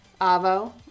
Avo